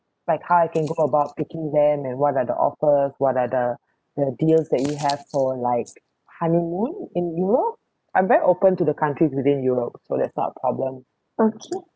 like how I can go about picking them and what are the offers what are the deals that you have for like honeymoon in europe I'm very open to the countries within europe so that's not a problem